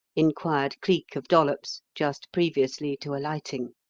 inquired cleek of dollops just previously to alighting.